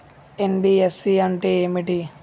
NBFC అంటే ఏమిటి?